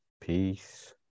peace